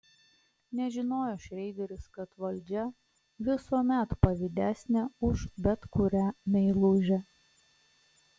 nežinojo šreideris kad valdžia visuomet pavydesnė už bet kurią meilužę